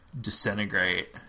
disintegrate